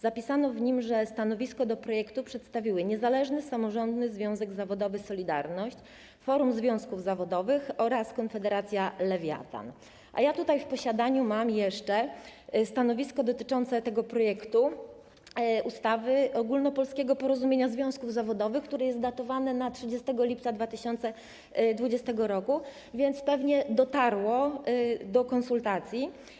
Zapisano w nim, że stanowisko wobec projektu przedstawiły: Niezależny Samorządny Związek Zawodowy „Solidarność”, Forum Związków Zawodowych oraz Konfederacja Lewiatan, a ja mam w posiadaniu jeszcze dotyczące tego projektu ustawy stanowisko Ogólnopolskiego Porozumienia Związków Zawodowych, które jest datowane na 30 lipca 2020 r., więc pewnie dotarło do konsultacji.